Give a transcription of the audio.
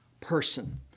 person